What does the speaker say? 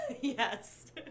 yes